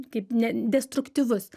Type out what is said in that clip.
kaip ne destruktyvus